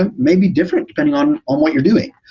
and maybe different depending on on what you're doing.